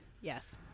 Yes